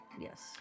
Yes